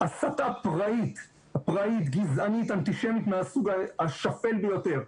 הסתה פראית, גזענית, אנטישמית מהסוג השפל ביותר.